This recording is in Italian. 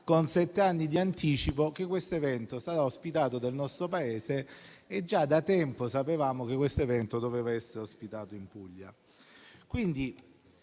con sette anni di anticipo che questo evento sarà ospitato dal nostro Paese e già da tempo sapevamo che doveva essere ospitato in Puglia.